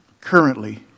currently